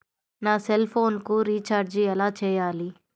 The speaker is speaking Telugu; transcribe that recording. నా సెల్ఫోన్కు రీచార్జ్ ఎలా చేయాలి?